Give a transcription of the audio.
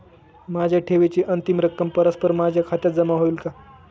माझ्या ठेवीची अंतिम रक्कम परस्पर माझ्या खात्यात जमा होईल का?